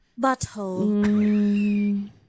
Butthole